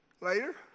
later